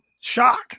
shock